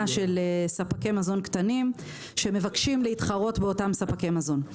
של ספקי מזון קטנים שמבקשים להתחרות באותם ספקי מזון.